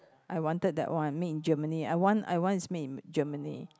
I wanted that one made in Germany I want I want it's made in Germany